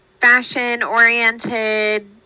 fashion-oriented